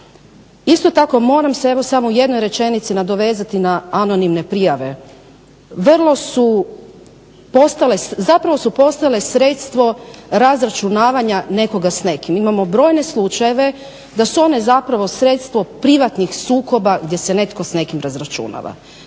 Isto tako, moram se evo samo u jednoj rečenici nadovezati na anonimne prijave. Vrlo su postale, zapravo su postale sredstvo razračunavanja nekoga s nekim. Imamo brojne slučajeve da su one zapravo sredstvo privatnih sukoba gdje se netko s nekim razračunava.